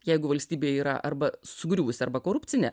jeigu valstybė yra arba sugriuvusi arba korupcinė